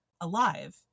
alive